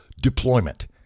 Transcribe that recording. deployment